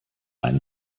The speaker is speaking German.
ein